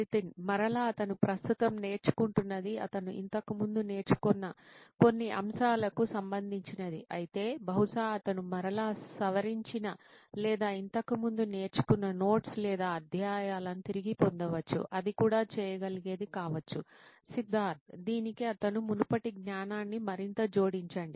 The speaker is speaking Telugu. నితిన్ మరలా అతను ప్రస్తుతం నేర్చుకుంటున్నది అతను ఇంతకుముందు నేర్చుకున్న కొన్ని అంశాలకు సంబంధించినది అయితే బహుశా అతను మరలా సవరించిన లేదా ఇంతకుముందు నేర్చుకున్న నోట్స్ లేదా అధ్యాయాలను తిరిగి పొందవచ్చు అది కూడా చేయగలిగేది కావచ్చు సిద్ధార్థ్ దీనికి అతని మునుపటి జ్ఞానాన్ని మరింత జోడించండి